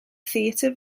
theatr